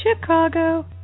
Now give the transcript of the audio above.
Chicago